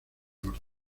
norte